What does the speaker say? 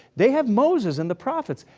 they have moses and the prophets.